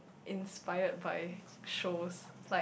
inspired by shows like